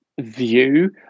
view